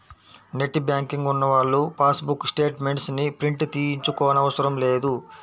net banking ఉన్నవాళ్ళు passbook statements ని print తీయించుకోనవసరం లేదు